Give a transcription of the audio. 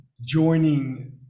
joining